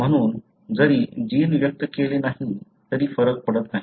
म्हणून जरी जीन व्यक्त केले नाही तरी काही फरक पडत नाही